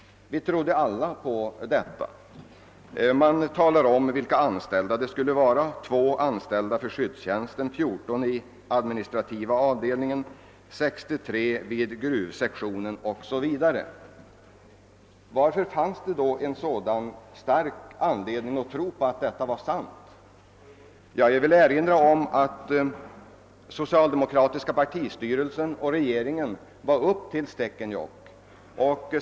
Vi trodde alla på detta. Man talade t.o.m. om hur många anställda det skulle bli: 2 för skyddstjänsten, 14 på administrativa avdelningen, 63 vid gruvsektionen osv. Varför fanns det då så stor anledning tro att detta var sant? Ja, jag vill erinra om att socialdemokratiska partistyrelsen och regeringen var uppe i Stekenjokk i början av valrörelsen.